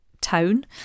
town